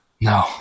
No